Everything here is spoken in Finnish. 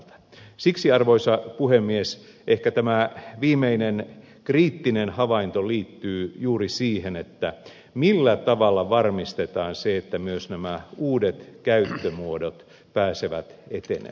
siksi arvoisa puhemies ehkä tämä viimeinen kriittinen havainto liittyy juuri siihen millä tavalla varmistetaan se että myös nämä uudet käyttömuodot pääsevät etenemään